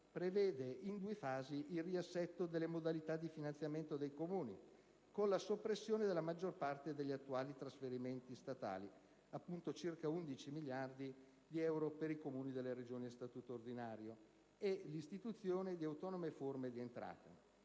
prevede, in due fasi, il riassetto delle modalità di finanziamento dei Comuni, con la soppressione della maggior parte degli attuali trasferimenti statali (appunto, circa 11 miliardi di euro per i Comuni delle Regioni a statuto ordinario) e l'istituzione di autonome forme di entrata.